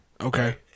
Okay